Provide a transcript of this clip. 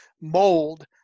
mold